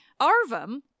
Arvum